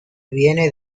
viene